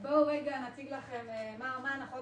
הנחת